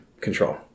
control